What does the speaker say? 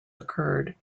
occurred